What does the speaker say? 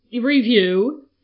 review